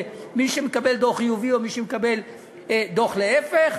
עם מי שמקבל דוח חיובי או מי שמקבל דוח להפך,